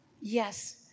Yes